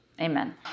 Amen